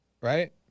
Right